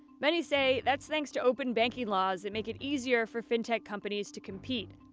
many say that's thanks to open banking laws that make it easier for fintech companies to compete.